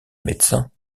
médecins